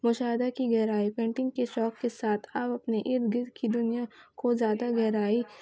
مشاہدہ کی گہرائی پینٹنگ کے شوق کے ساتھ آپ اپنے ارد گرد کی دنیا کو زیادہ گہرائی